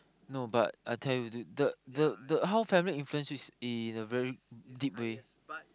not but I tell you dude the the the whole family influence you is in a very deep way